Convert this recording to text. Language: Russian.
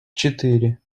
четыре